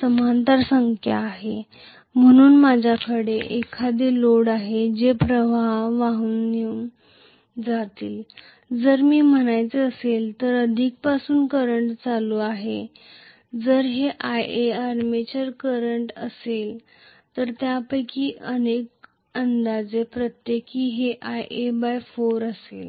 समांतर संख्या आहेत म्हणून माझ्याकडे एखादे लोड आहे जे प्रवाह वाहून घेवून जातील जर मी म्हणायचे असेल तर अधिक पासून करंट करंट आहे जर हे Ia आर्मेचर करंट असेल तर त्यापैकी प्रत्येक अंदाजे Ia4 असेल